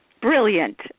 Brilliant